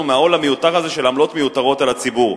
מהעול המיותר הזה של עמלות מיותרות על הציבור.